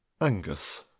Angus